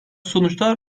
sonuçlar